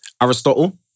Aristotle